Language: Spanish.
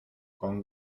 con